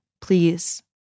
Please